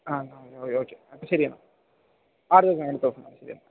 ആ okay okay അപ്പോൾ ശരിയെന്നാൽ ആ അടുത്ത ദിവസം അടുത്ത ദിവസം ശരിയെന്നാൽ